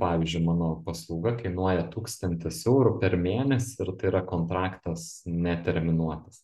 pavyzdžiui mano paslauga kainuoja tūkstantis eurų per mėnesį ir tai yra kontraktas neterminuotas